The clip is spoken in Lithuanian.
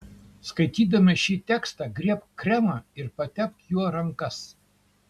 skaitydama šį tekstą griebk kremą ir patepk juo rankas